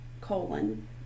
colon